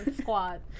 squad